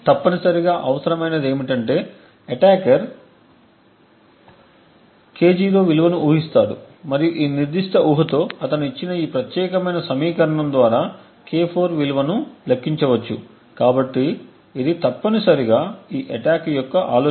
తప్పనిసరిగా అవసరమైనది ఏమిటంటే అటాకర్ K0 విలువను ఊహిస్తాడు మరియు ఆ నిర్దిష్ట ఊహతో అతను ఇచ్చిన ఈ ప్రత్యేకమైన సమీకరణం ద్వారా K4 విలువను లెక్కించవచ్చు కాబట్టి ఇది తప్పనిసరిగా ఈ అటాక్ యొక్క ఆలోచన